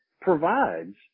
provides